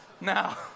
Now